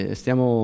stiamo